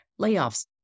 layoffs